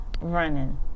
running